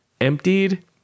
emptied